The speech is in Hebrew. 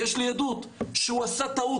יש לי עדות שהוא עשה טעות.